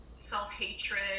self-hatred